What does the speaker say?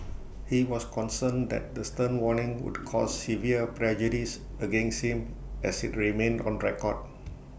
he was concerned that the stern warning would cause severe prejudice against him as IT remained on record